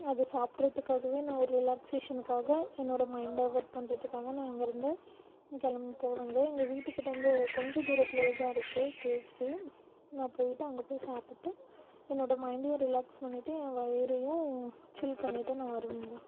அது சாப்பிட்றதுக்காகவே நான் ஒரு ரிலாக்சேஷன்காக என்னோடய மைண்டை டைவர்ட் பண்ணுறத்துக்காக நான் அங்கேருந்து கிளம்பி போவேங்க எங்கள் வீட்டு கிட்டேருந்து கொஞ்ச தூரத்திலயேதான் இருக்குது கேஎஃப்சி நான் போய்ட்டு அங்கே போய் சாப்பிட்டு என்னோடய மைண்டையும் ரிலாக்ஸ் பண்ணிட்டு என் வயிறையும் சில் பண்ணிட்டு நான் வருவேங்க